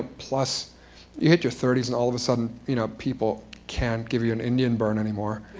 plus you hit your thirty s and all of a sudden you know people can't give you an indian burn anymore.